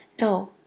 No